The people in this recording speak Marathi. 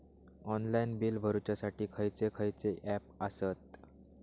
ऑनलाइन बिल भरुच्यासाठी खयचे खयचे ऍप आसत?